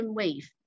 wave